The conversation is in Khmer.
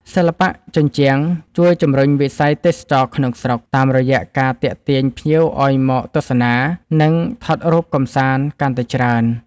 សិល្បៈជញ្ជាំងជួយជំរុញវិស័យទេសចរណ៍ក្នុងស្រុក តាមរយៈការទាក់ទាញភ្ញៀវឱ្យមកទស្សនា និងថតរូបកម្សាន្តកាន់តែច្រើន។